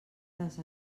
les